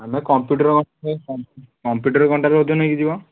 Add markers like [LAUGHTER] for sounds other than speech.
ଆମେ computer [UNINTELLIGIBLE] computer କଣ୍ଟାରେ ଓଜନ ହେଇକି ଯିବ